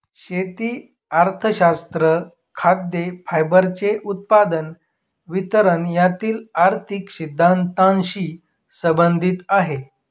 शेती अर्थशास्त्र खाद्य, फायबरचे उत्पादन, वितरण यातील आर्थिक सिद्धांतानशी संबंधित आहे